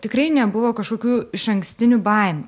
tikrai nebuvo kažkokių išankstinių baimių